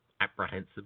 apprehensive